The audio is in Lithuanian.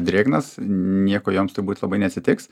drėgnas nieko joms turbūt labai neatsitiks